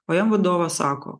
o jam vadovas sako